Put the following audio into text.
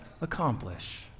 accomplish